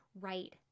right